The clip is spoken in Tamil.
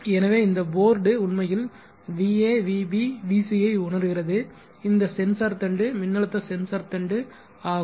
எனவே இந்த போர்டு உண்மையில் va vb vc ஐ உணர்கிறது இந்த சென்சார் தண்டு மின்னழுத்த சென்சார் தண்டு ஆகும்